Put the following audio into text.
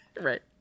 Right